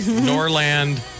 Norland